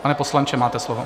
Pane poslanče, máte slovo.